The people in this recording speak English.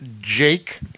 Jake